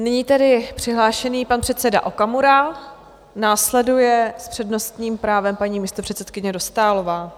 Nyní tedy přihlášený pan předseda Okamura, následuje s přednostním právem paní místopředsedkyně Dostálová.